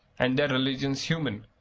and their religion's human,